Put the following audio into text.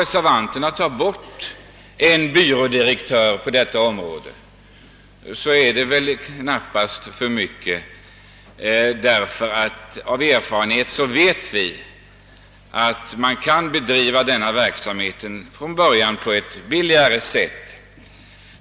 Reservanternas förslag att dra in en byrådirektörstjänst på detta område torde knappast vara för långtgående, ty vi vet av erfarenhet att man i början på ett billigare sätt kan driva denna verksamhet.